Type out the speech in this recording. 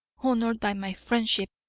honoured by my friendship,